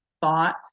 thought